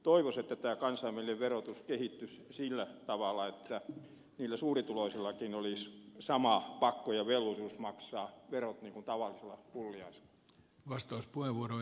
toivoisin että tämä kansainvälinen verotus kehittyisi sillä tavalla että niillä suurituloisillakin olisi sama pakko ja velvollisuus maksaa verot kuin tavallisella pulliaisella